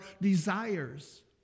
desires